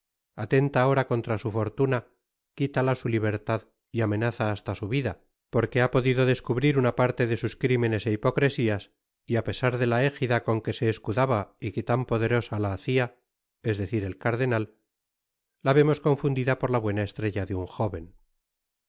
atenta ahora contra su fortuna quitala su libertad y amenaza hasta su vida porque ha podido descubrir una parte de sus crimenes é hipocresias y á pesar de la éjida con que se escudaba y que tan poderosa la hacia es decir el cardenal la vemos confundida por la buena estrella de nn